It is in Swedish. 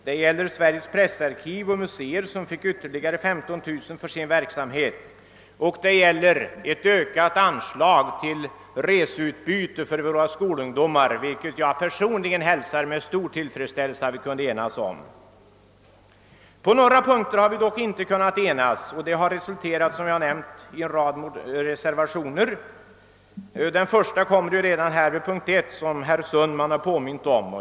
Det gäller Sveriges pressarkiv och museum som skulle få 15000 kronor för sin verksamhet. Det gäller också ett ökat anslag till reseutbyte för skolungdom — att vi kunnat enas om det hälsar jag personligen med mycket stor tillfredsställelse. På några punkter har vi dock inte kunnat enas, vilket som jag nämnt har resulterat i en rad reservationer. Den första finns som herr Sundman har påmint om redan vid punkt 1.